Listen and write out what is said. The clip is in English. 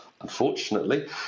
unfortunately